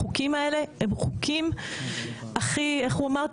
החוקים האלה הם חוקים הכי איך הוא אמר?